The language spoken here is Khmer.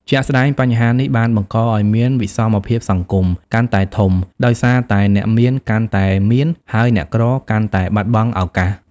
ជាក់ស្ដែង បញ្ហានេះបានបង្កឲ្យមាន វិសមភាពសង្គម កាន់តែធំ ដោយសារតែអ្នកមានកាន់តែមាន ហើយអ្នកក្រកាន់តែបាត់បង់ឱកាស។